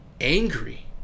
angry